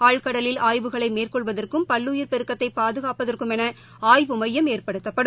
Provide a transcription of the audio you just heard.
ஆழ்கடலில் ஆய்வுகளை மேற்கொள்வதற்கும் பல்லுயிர் பெருக்கத்தை பாதுகாப்பதற்குமென ஆய்வு மையம் ஏற்படுத்தப்படும்